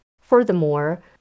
Furthermore